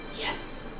Yes